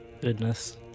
Goodness